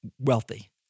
wealthy